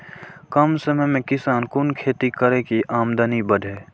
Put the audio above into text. कम समय में किसान कुन खैती करै की आमदनी बढ़े?